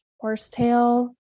horsetail